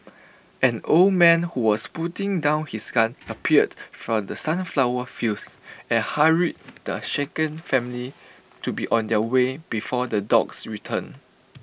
an old man who was putting down his gun appeared from the sunflower fields and hurried the shaken family to be on their way before the dogs return